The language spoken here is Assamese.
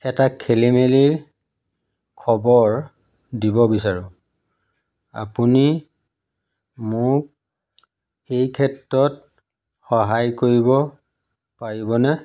এটা খেলিমেলিৰ খবৰ দিব বিচাৰোঁ আপুনি মোক এই ক্ষেত্ৰত সহায় কৰিব পাৰিবনে